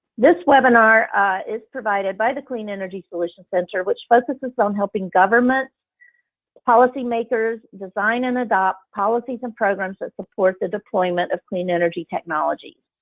this webinar is provided by the clean energy solution center which focused and so on helping governments' policy makers design and adopt policies and programs that support the deployment of clean energy technology.